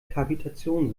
kavitation